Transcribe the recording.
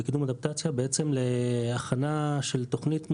בקידום אדפטציה, בעצם להכנה של תוכנית משותפת.